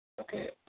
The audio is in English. Okay